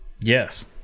Yes